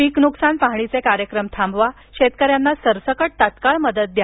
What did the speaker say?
पिक नुकसान पाहणीचे कार्यक्रम थांबवा शेतकऱ्यांना सरसकट तात्काळ मदत द्या